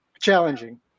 challenging